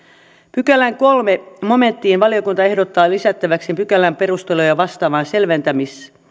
pykälän kolmanteen momenttiin valiokunta ehdottaa lisättäväksi pykälän perusteluja vastaavan